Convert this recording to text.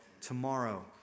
tomorrow